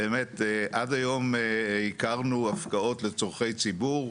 באמת, עד היום הכרנו הפקעות לצרכי ציבור.